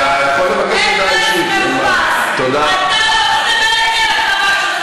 אתה אפס מאופס, כי אני, בניגוד לך, כבר הקרבתי